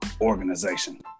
organization